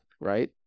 right